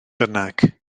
bynnag